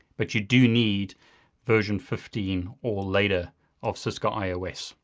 but you do need version fifteen or later of cisco ios.